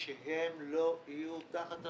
אנחנו עשינו --- כן.